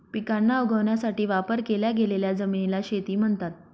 पिकांना उगवण्यासाठी वापर केल्या गेलेल्या जमिनीला शेती म्हणतात